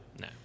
No